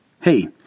Hey